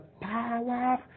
power